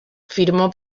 firmó